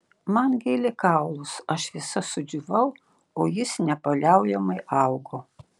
man gėlė kaulus aš visa sudžiūvau o jis nepaliaujamai augo